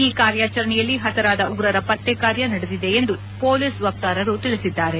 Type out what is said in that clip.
ಈ ಕಾರ್ಯಾಚರಣೆಯಲ್ಲಿ ಪತರಾದ ಉಗ್ರರ ಪತ್ತೆ ಕಾರ್ಯ ನಡೆದಿದೆ ಎಂದು ಪೊಲೀಸ್ ವಕ್ತಾರರು ತಿಳಿಸಿದ್ದಾರೆ